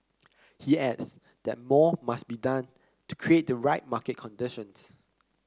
he adds that more must be done to create the right market conditions